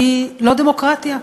היא לא דמוקרטיה.